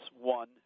One